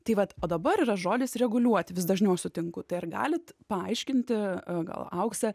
tai vat o dabar yra žodis reguliuoti vis dažniau sutinku tai ar galit paaiškinti gal auksė